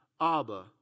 Abba